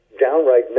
downright